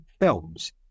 films